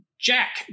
Jack